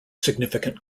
significant